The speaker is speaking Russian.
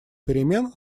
перемен